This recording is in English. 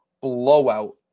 blowout